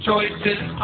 Choices